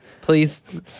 please